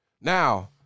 Now